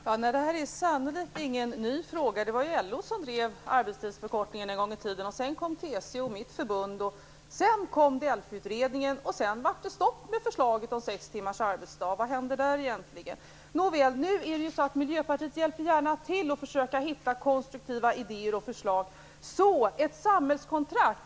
Fru talman! Detta är sannolikt ingen ny fråga. Det var LO som en gång i tiden drev frågan om en arbetstidsförkortning. Sedan kom TCO, mitt förbund, sedan kom DELFA-utredningen, och sedan blev det stopp med förslaget om sex timmars arbetsdag. Vad hände där egentligen? Nåväl, nu är det så att Miljöpartiet gärna hjälper till att försöka hitta konstruktiva idéer och förslag.